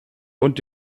und